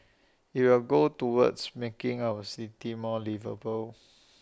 IT will go towards making our city more liveable